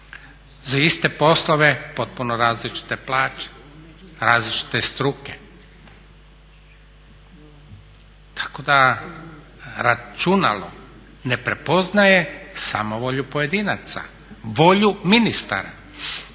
Za iste poslove potpuno različite plaće, različite struke. Tako da računalo ne prepoznaje samovolju pojedinaca, volju ministara,